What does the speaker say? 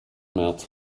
märz